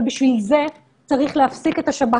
אבל בשביל זה צריך להפסיק את השב"כ